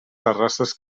terrasses